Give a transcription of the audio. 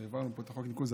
זה שהעברנו פה חוק ניקוז,